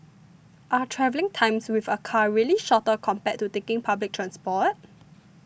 are travelling times with a car really shorter compared to taking public transport